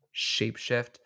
shapeshift